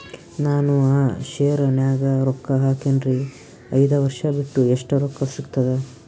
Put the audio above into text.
ನಾನು ಆ ಶೇರ ನ್ಯಾಗ ರೊಕ್ಕ ಹಾಕಿನ್ರಿ, ಐದ ವರ್ಷ ಬಿಟ್ಟು ಎಷ್ಟ ರೊಕ್ಕ ಸಿಗ್ತದ?